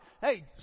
hey